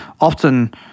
often